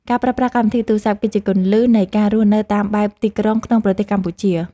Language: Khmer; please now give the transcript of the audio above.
ការប្រើកម្មវិធីទូរសព្ទ គឺជាគន្លឹះនៃការរស់នៅតាមបែបទីក្រុងក្នុងប្រទេសកម្ពុជា។